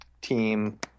Team